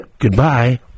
Goodbye